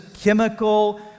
chemical